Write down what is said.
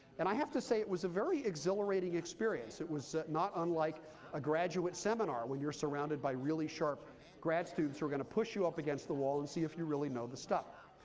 and i have to say, it was a very exhilarating experience. it was not unlike a graduate seminar, when you're surrounded by really sharp grad students who are going to push you up against the wall, and see if you really know the stuff.